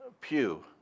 pew